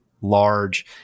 large